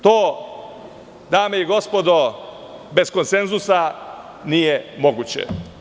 To, dame i gospodo, bez konsenzusa nije moguće.